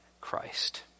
Christ